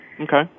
Okay